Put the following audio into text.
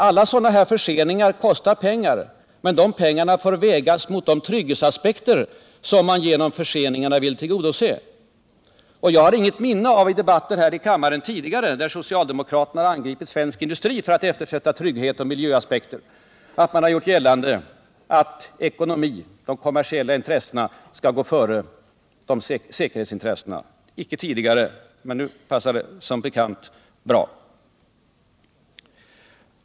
Alla förseningar kostar pengar, men de pengarna får vägas mot de trygghetsaspekter som man genom förseningarna vill tillgodose. Och jag har inget minne från tidigare debatter här i kammaren, där socialdemokraterna har angripit.svensk industri för att eftersätta trygghetsoch miljöaspekter, av att ni har gjort gällande att de ekonomiska och kommersiella intressena skall gå före säkerhetsintressena — icke tidigare, men nu passar det tydligen bra.